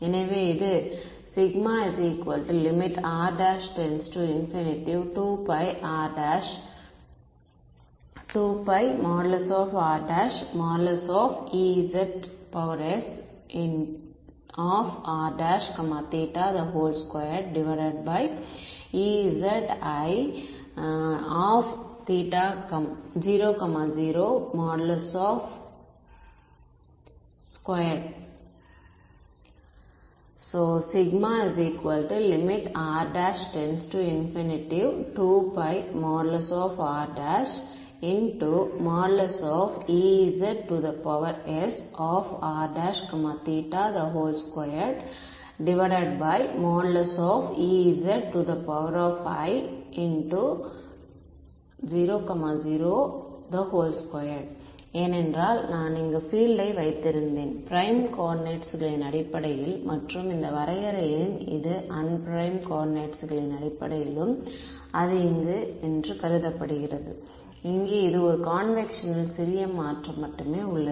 எனவே இது r 2rEzsr2Ezi002 ஏனென்றால் நான் இங்கு பீல்டை வைத்திருந்தேன் ப்ரைம் கோஆர்டினேட்ஸ்களின் அடிப்படையில் மற்றும் இந்த வரையறையின் இது அன்ப்ரைம் கோஆர்டினேட்ஸ்களின் அடிப்படையிலும் அது இங்கு என்று கருதப்படுகிறது இங்கே ஒரு கான்வெக்க்ஷனில் சிறிய மாற்றம் மட்டுமே உள்ளது